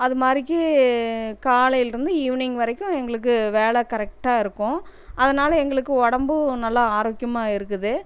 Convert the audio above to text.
அதுமாதிரிக்கி காலையிலிருந்து ஈவினிங் வரைக்கும் எங்களுக்கு வேலை கரெக்ட்டாக இருக்கும் அதனால் எங்களுக்கு உடம்பும் நல்லா ஆரோக்கியமாக இருக்குது